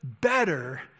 better